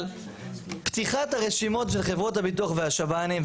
פתיחת הרשימות של חברות הביטוח והשב"נים,